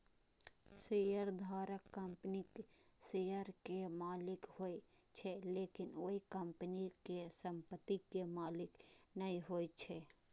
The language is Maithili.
शेयरधारक कंपनीक शेयर के मालिक होइ छै, लेकिन ओ कंपनी के संपत्ति के मालिक नै होइ छै